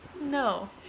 No